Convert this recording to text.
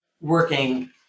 working